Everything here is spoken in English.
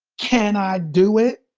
can i do it,